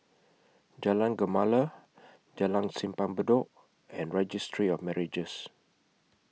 Jalan Gemala Jalan Simpang Bedok and Registry of Marriages